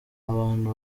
abantu